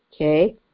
Okay